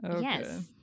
Yes